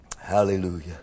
Hallelujah